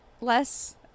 less